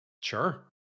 Sure